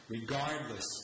regardless